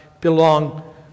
belong